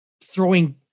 throwing